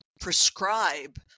prescribe